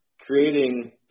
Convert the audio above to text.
creating